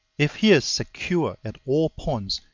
if he is secure at all points,